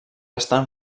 estan